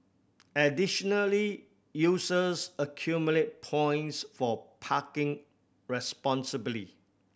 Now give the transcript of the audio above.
additionally users accumulate points for parking responsibly